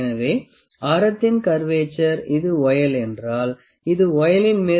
எனவே ஆரத்தின் கர்வெட்சர் இது வொயில் என்றால் இது வொயிலன் மேற்பரப்பு